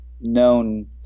known